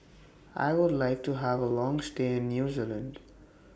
I Would like to Have A Long stay in New Zealand